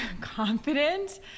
confident